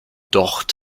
docht